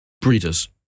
Breeders